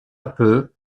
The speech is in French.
peu